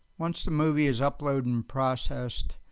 once the movie is uploaded and processed,